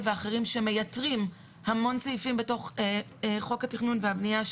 ואחרים שמייתרים המון סעיפים בתוך חוק התכנון והבנייה,